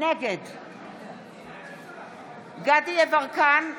נגד דסטה גדי יברקן,